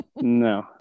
no